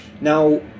Now